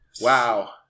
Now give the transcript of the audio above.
Wow